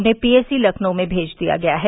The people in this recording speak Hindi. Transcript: उन्हें पीएसी लखनऊ में षेज दिया गया है